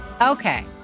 Okay